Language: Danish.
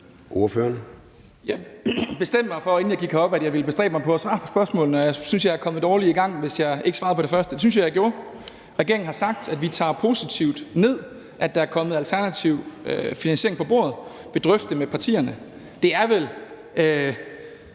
for, inden jeg gik herop, at jeg ville bestræbe mig på at svare på spørgsmålene, og jeg synes, at jeg er kommet dårligt i gang, hvis jeg ikke svarede på det første. Det synes jeg at jeg gjorde. Regeringen har sagt, at den tager det positivt ned, at der er kommet en alternativ finansiering på bordet, og at den vil drøfte det med partierne. Det er vel,